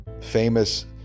famous